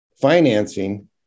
financing